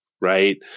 right